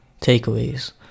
takeaways